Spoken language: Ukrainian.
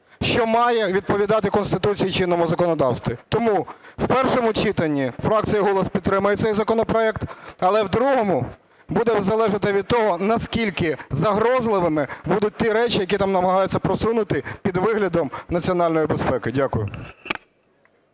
що має відповідати Конституції і чинному законодавству. Тому в першому читанні фракція "Голос" підтримає цей законопроект. Але в другому – буде залежати від того, наскільки загрозливими будуть ті речі, які там намагаються просунути під виглядом національної безпеки. Дякую.